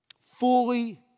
fully